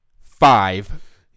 Five